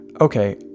okay